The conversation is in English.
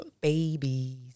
babies